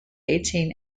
eighteen